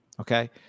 Okay